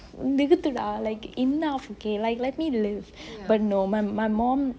நிருத்துலா:niruthulaa like enough okay let me live but no my mum